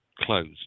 closed